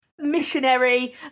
missionary